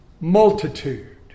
multitude